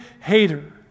hater